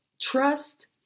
trust